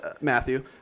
Matthew